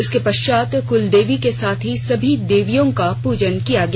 इसके पश्चात कुल देवी के साथ ही सभी देवियों का प्रजन किया गया